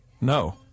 No